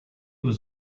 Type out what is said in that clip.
was